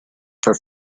for